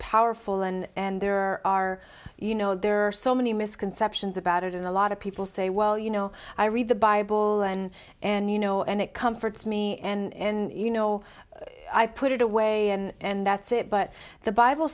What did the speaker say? powerful and there are you know there are so many misconceptions about it in a lot of people say well you know i read the bible and and you know and it comforts me and you know i put it away and that's it but the bible